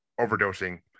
overdosing